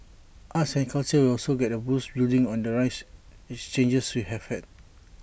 arts and culture will also get A boost building on the rich exchanges we have had